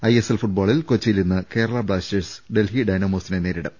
ISL ഫുട്ബോളിൽ കൊച്ചിയിൽ ഇന്ന് കേരളാ ബ്ലാസ്റ്റേ ഴ്സ് ഡെൽഹി ഡൈനാമോസിനെ നേരിടും